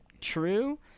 true